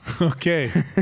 Okay